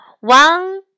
one